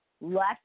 left